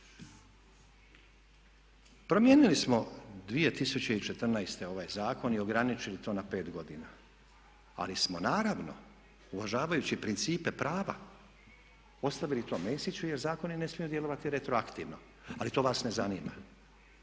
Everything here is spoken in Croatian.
Promijenili smo 2014. ovaj zakon i ograničili to na 5 godina ali smo naravno uvažavajući principe prava ostavili to Mesiću jer zakoni ne smiju djelovati retroaktivno ali to vas ne zanima.